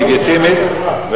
לגיטימית,